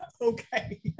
Okay